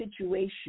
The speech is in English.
situation